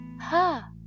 ha